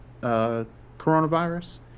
coronavirus